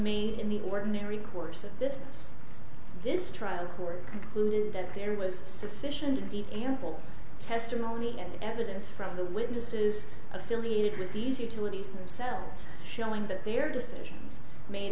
made in the ordinary course of business this trial court concluded that there was sufficient deep ample testimony and evidence from the witnesses affiliated with these utilities themselves showing that their decisions made